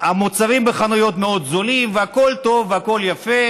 והמוצרים בחנויות מאוד זולים והכול טוב והכול יפה,